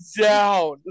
down